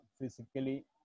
physically